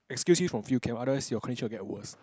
excuse you from field camp otherwise your condition will get worse